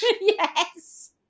Yes